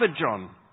John